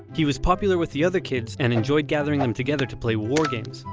he was popular with the other kids and enjoyed gathering them together to play war games.